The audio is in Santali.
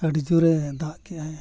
ᱟᱹᱰᱤ ᱡᱳᱨᱮ ᱫᱟᱜ ᱠᱮᱜ ᱟᱭ